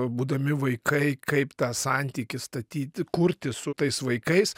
būdami vaikai kaip tą santykį statyti kurti su tais vaikais